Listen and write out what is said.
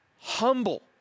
humble